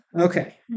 Okay